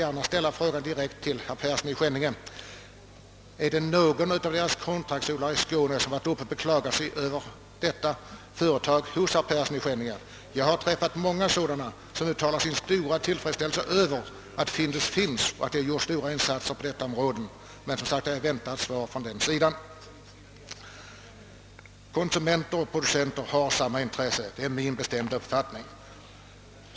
Men jag skulle gärna direkt vilja fråga herr Persson, om det är någon av kontraktsodlarna i Skåne som varit uppe hos herr Persson och beklagat sig över detta företag. Jag har träffat många kontraktsodlare som uttalat sin stora tillfredsställelse över Findus och de stora insatser som företaget gjort. Konsumenter och producenter har samma intresse — det är min bestämda uppfattning.